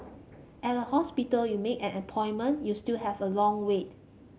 at a hospital you make an appointment you still have a long wait